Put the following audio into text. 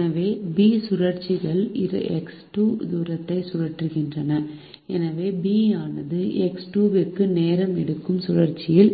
எனவே B சுழற்சிகள் X2 தூரத்தை சுழற்றுகின்றன எனவே B ஆனது X2 க்கு நேரம் எடுக்கும் சுழற்சியில்